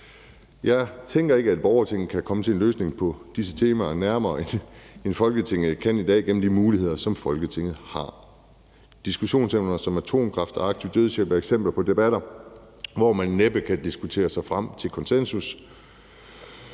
Jeg tænker ikke, at borgertinget vil kunne komme en løsning på disse temaer nærmere, end Folketinget kan i dag gennem de muligheder, som Folketinget har. Diskussionsemner som atomkraft og aktiv dødshjælp er eksempler på debatter, hvor man næppe kan diskutere sig frem til konsensus.